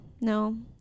No